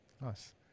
Nice